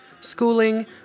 schooling